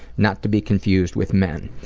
not to be confused with men.